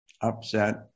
upset